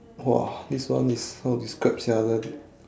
!wah! this one is how to describe sia the